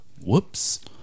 whoops